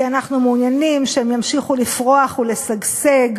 כי אנחנו מעוניינים שהן ימשיכו לפרוח ולשגשג,